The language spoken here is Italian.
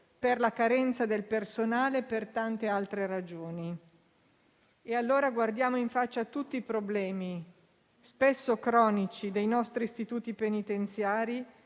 per la carenza del personale e per tante altre ragioni. E allora guardiamo in faccia a tutti i problemi, spesso cronici, dei nostri istituti penitenziari,